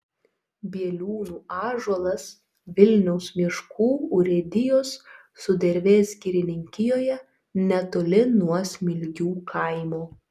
bieliūnų ąžuolas vilniaus miškų urėdijos sudervės girininkijoje netoli nuo smilgių kaimo